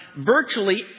virtually